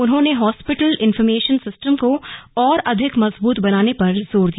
उन्होंने hospital information system को और अधिक मजबूत बनाने पर जोर दिया